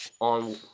on